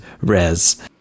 Res